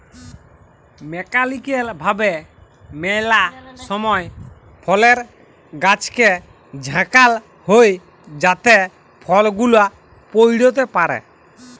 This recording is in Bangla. মেকালিক্যাল ভাবে ম্যালা সময় ফলের গাছকে ঝাঁকাল হই যাতে ফল গুলা পইড়তে পারে